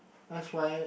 s_y